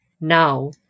now